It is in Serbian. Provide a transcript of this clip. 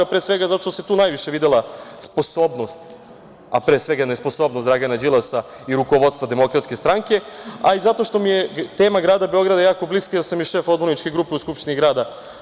Pre svega zato što se tu najviše videla sposobnost, a pre svega nesposobnost Dragana Đilasa i rukovodstva DS, a i zato što mi je tema grada Beograda jako bliska, zato što sam i šef odborničke grupe SNS u Skupštini grada.